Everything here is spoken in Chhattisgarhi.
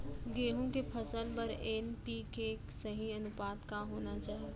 गेहूँ के फसल बर एन.पी.के के सही अनुपात का होना चाही?